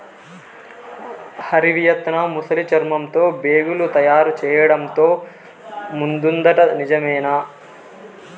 Hari, Vietnam ముసలి చర్మంతో బేగులు తయారు చేయడంతో ముందుందట నిజమేనా